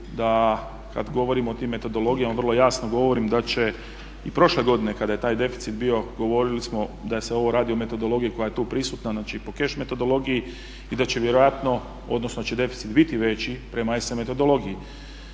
da kad govorimo o tim metodologijama vrlo jasno govorim da će i prošle godine kada je taj deficit bio govorili smo da se ovo radi o metodologiji koja je tu prisutna, znači po cash metodologiji i da će vjerojatno, odnosno da će deficit biti veći prema ESA metodologiji.